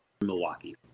Milwaukee